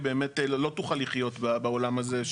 היא באמת לא תוכל לחיות בעולם הזה,